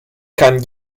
kann